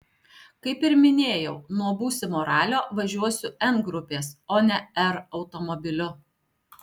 kaip ir minėjau nuo būsimo ralio važiuosiu n grupės o ne r automobiliu